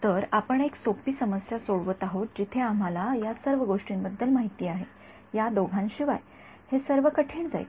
तर आपण एक सोपी समस्या सोडवत आहोत जिथे आम्हाला या सर्व गोष्टींबद्दल माहिती आहे या दोघांशिवाय हे सर्व कठीण जाईल